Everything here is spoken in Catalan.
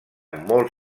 molt